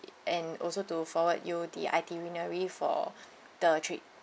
and also to forward you the itinerary for the trip